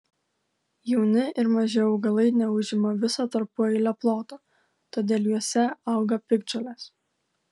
jauni ir maži augalai neužima viso tarpueilio ploto todėl juose auga piktžolės